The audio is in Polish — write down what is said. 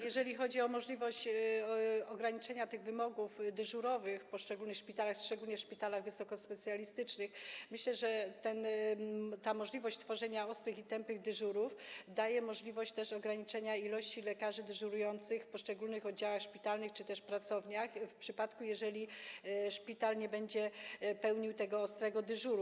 Jeżeli chodzi o możliwość ograniczenia wymogów dyżurowych w poszczególnych szpitalach, szczególnie szpitalach wysokospecjalistycznych, to myślę, że możliwość tworzenia ostrych i tępych dyżurów daje możliwość ograniczenia liczby lekarzy dyżurujących w poszczególnych oddziałach szpitalnych czy też pracowniach, w przypadku jeżeli szpital nie będzie pełnił ostrego dyżuru.